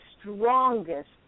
strongest